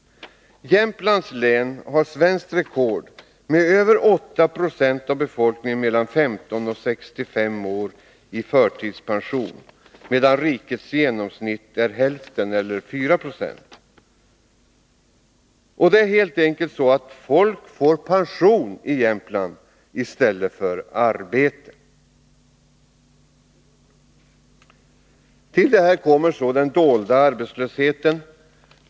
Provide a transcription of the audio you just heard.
Jämtlands län har svenskt rekord med över 8 70 av befolkningen mellan 15 och 65 år i förtidspension, medan rikets genomsnitt är hälften, eller 4 26. Det är helt enkelt så att folk får pension i stället för arbete i Jämtland. Till detta kommer den dolda arbetslösheten.